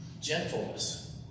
Gentleness